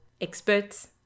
experts